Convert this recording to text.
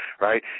right